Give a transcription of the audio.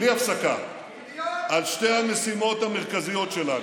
בלי הפסקה על שתי המשימות המרכזיות שלנו: